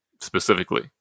specifically